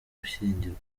gushyingirwa